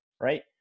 Right